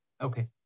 Okay